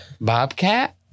bobcat